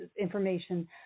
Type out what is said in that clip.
information